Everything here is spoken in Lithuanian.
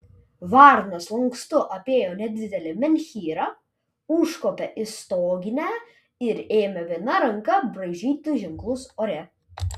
varnas lankstu apėjo nedidelį menhyrą užkopė į stoginę ir ėmė viena ranka braižyti ženklus ore